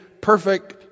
perfect